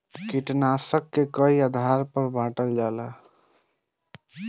कीटनाशकों के कई आधार पर बांटल जाला